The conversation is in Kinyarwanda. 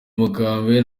mukambwe